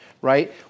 Right